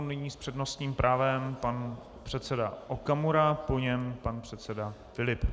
Nyní s přednostním právem pan předseda Okamura, po něm pan předseda Filip.